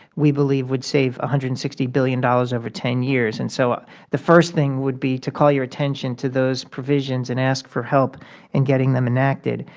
we believe would save one hundred and sixty billion dollars over ten years. and so ah the first thing would be to call your attention to those provisions and ask for help in getting them enacted.